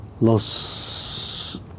Los